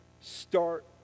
start